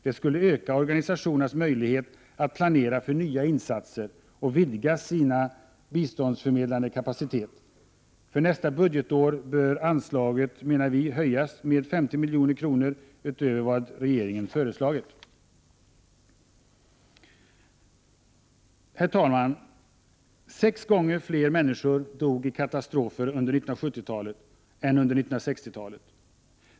Det skulle öka organisationernas möjligheter att planera för nya insatser och vidga sin biståndsförmedlande kapacitet. För nästa budgetår bör anslaget höjas med 50 milj.kr. utöver vad regeringen har föreslagit. Herr talman! Sex gånger fler människor dog i katastrofer under 1970-talet än under 1960-talet.